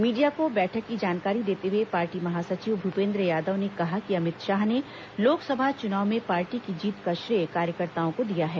media को बैठक की जानकारी देते हुए पार्टी महासचिव भूपेन्द्र यादव ने कहा कि अमित शाह ने लोकसभा चुनाव में पार्टी की जीत का श्रेय कार्यकर्ताओं को दिया है